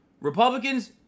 Republicans